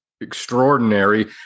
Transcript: extraordinary